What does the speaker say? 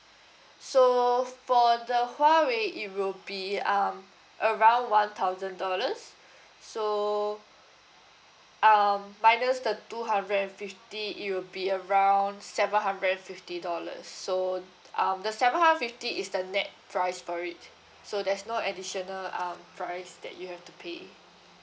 so for the huawei it will be um around one thousand dollars so um minus the two hundred and fifty it will be around seven hundred and fifty dollars so um the seven hundred fifty is the net price for it so there's no additional um price that you have to pay